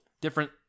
different